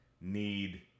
need